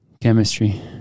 Chemistry